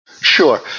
Sure